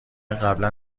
قبلا